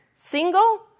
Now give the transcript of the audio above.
single